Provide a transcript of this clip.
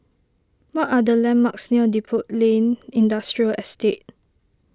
what are the landmarks near Depot Lane Industrial Estate